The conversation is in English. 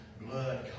blood